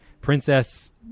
princess